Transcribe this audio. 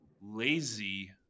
lazy